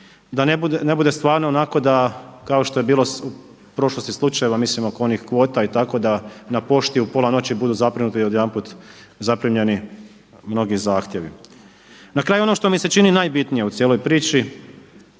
Da ne bude stvarno onako da kao što je bilo u prošlosti slučajeva oko onih kvota i tako da na pošti u pola noći budu odjedanput zaprimljeni mnogi zahtjevi. Na kraju ono što mi se čini najbitnije u cijeloj priči,